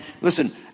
listen